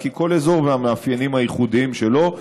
כי כל אזור והמאפיינים הייחודיים שלו,